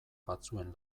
batzuen